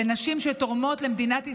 אלה נשים שתורמות למדינת ישראל,